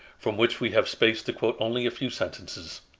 from which we have space to quote only a few sentences